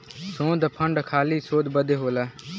शोध फंड खाली शोध बदे होला